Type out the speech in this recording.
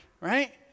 right